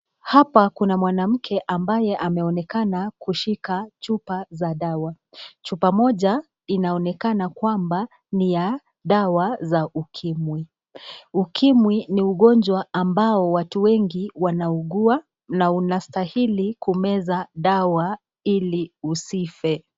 Hapa kuna mwanamke ambaye ameonekana kushika chupa za dawa. Chupa moja inaonekana kwamba ni ya dawa za ukimwi. Ukimwi ni ugonjwa ambao watu wengi wanaugua na unastahili kumeza dawa ili usife.